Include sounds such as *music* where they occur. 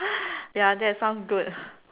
*breath* ya that sounds good